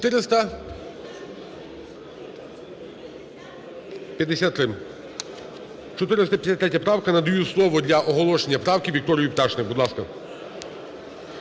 453 правка, надаю слово для оголошення правки Вікторії Пташник. Будь ласка.